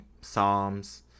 psalms